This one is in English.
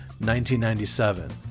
1997